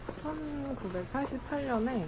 1988년에